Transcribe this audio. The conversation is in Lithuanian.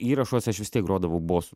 įrašuose aš vis tiek grodavau bosu